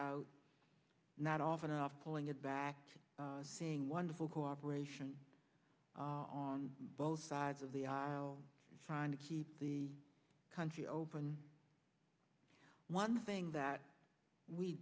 out not often enough pulling it back saying wonderful cooperation on both sides of the aisle trying to keep the country open one thing that we